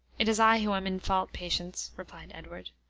it is i who am in fault, patience, replied edward.